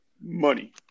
money